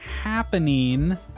happening